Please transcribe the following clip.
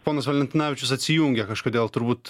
ponas valentinavičius atsijungė kažkodėl turbūt